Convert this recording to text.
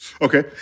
Okay